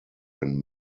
when